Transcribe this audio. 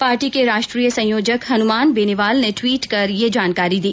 party के राष्ट्रीय संयोजक हनुमान बेनीवाल ने ट्वीट कर यह जानकारी दी